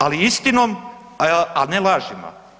Ali istinom a ne lažima.